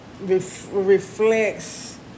reflects